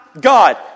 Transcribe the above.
God